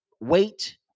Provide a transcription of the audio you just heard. wait